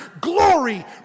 glory